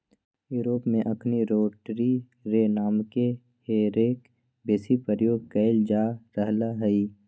Europe में अखनि rotary रे नामके हे रेक बेशी प्रयोग कएल जा रहल हइ